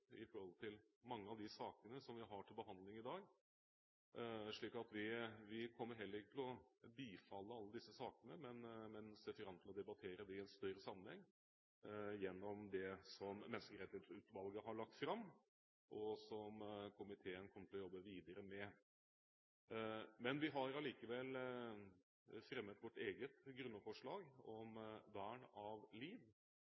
mange av de sakene vi har til behandling i dag. Vi kommer heller ikke til å bifalle alle disse sakene, men ser fram til å debattere dem i en større sammenheng gjennom det som Menneskerettighetsutvalget har lagt fram, og som komiteen kommer til å jobbe videre med. Vi har allikevel fremmet vårt